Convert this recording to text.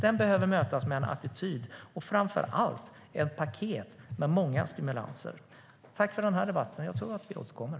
Den behöver mötas med en attityd och ett paket med många stimulanser. Tack för den här debatten! Jag tror att vi återkommer.